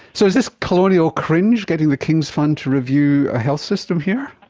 so is this colonial cringe, getting the king's fund to review a health system here?